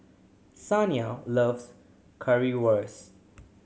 Saniya loves Currywurst